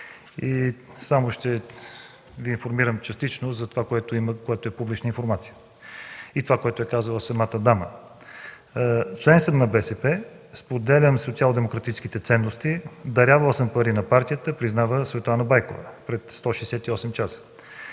И само ще Ви информирам частично за това, което има, което е публична информация и което е казала самата дама. „Член съм на БСП, споделям социалдемократическите ценности, дарявала съм пари на партията” – признава Светлана Байкова пред „168 часа”.